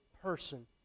person